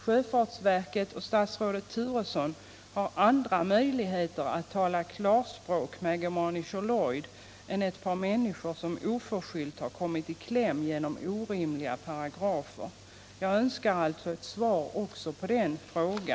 Sjöfartsverket och statsrådet Turesson har andra möjligheter att tala klarspråk med Germanischer Lloyd än ett par människor som oförskyllt har kommit i kläm genom orimliga paragrafer. Jag önskar en kommentar också till denna fråga.”